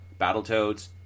Battletoads